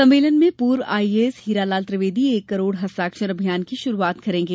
सम्मेलन में पूर्व आईएएस हीरालाल त्रिवेदी एक करोड़ हस्ताक्षर अभियान की शुरुआत करेंगे